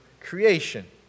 creation